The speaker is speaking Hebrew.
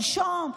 שלשום,